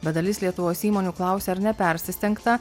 bet dalis lietuvos įmonių klausia ar nepersistengta